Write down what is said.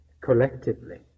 collectively